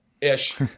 ish